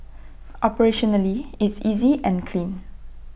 operationally it's easy and clean